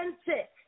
authentic